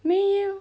没有